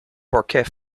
parquet